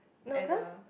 no cause